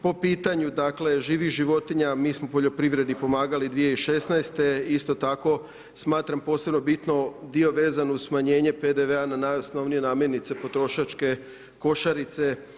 Po pitanju dakle živih životinja, mi smo poljoprivredi pomagali 2016., isto tako smatramo posebno bitno dio vezan uz smanjenje PDV-a na najosnovnije namirnice, potrošačke košarice.